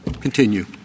continue